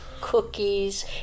cookies